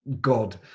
God